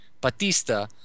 Batista